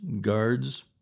guards